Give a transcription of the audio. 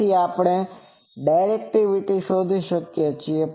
તેથી આપણે ડાયરેક્ટિવિટી શોધી શકીએ છીએ